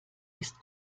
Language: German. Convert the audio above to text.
ist